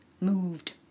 moved